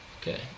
okay